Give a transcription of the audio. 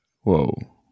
Whoa